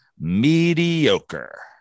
mediocre